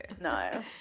No